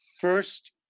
first